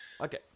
Okay